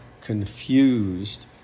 confused